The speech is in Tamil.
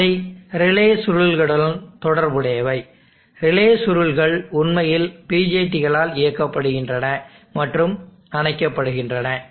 அவை ரிலே சுருள்களுடன் தொடர்புடையவை ரிலே சுருள்கள் உண்மையில் BJTகளால் இயக்கப்படுகின்றன மற்றும் அணைக்கப்படுகின்றன